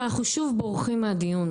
אבל אנחנו שוב בורחים מהדיון,